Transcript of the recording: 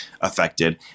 affected